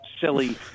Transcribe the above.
silly